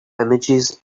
images